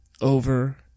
over